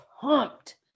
pumped